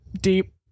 deep